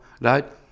right